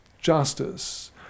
justice